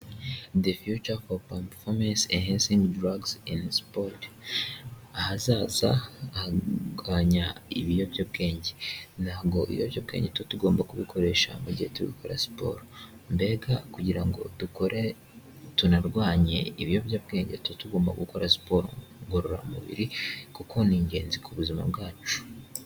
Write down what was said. "The future for performance enhancing drugs in sport." Ahazaza harwanya ibiyobyabwenge. Ntabwo ibiyobyabwenge tuba tugomba kubikoresha, mu gihe tubikora siporo, mbega kugira ngo dukore, tunarwanye ibiyobyabwenge, tuba tugomba gukora siporo ngororamubiri, kuko ni ingenzi ku buzima bwacu.